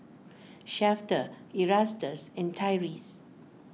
Shafter Erastus and Tyrese